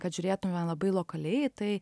kad žiūrėtume labai lokaliai tai